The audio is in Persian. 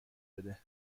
بده